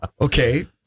okay